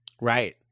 Right